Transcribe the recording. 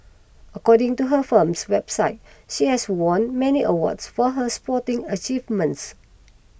according to her firm's website she has won many awards for her sporting achievements